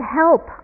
help